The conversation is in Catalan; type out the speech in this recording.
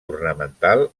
ornamental